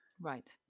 Right